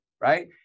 right